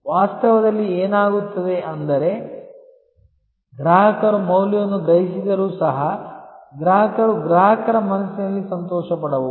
ವಾಸ್ತವದಲ್ಲಿ ಏನಾಗುತ್ತದೆ ಎಂದರೆ ಗ್ರಾಹಕರು ಮೌಲ್ಯವನ್ನು ಗ್ರಹಿಸಿದರೂ ಸಹ ಗ್ರಾಹಕರು ಗ್ರಾಹಕರ ಮನಸ್ಸಿನಲ್ಲಿ ಸಂತೋಷಪಡಬಹುದು